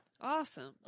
Awesome